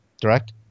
Direct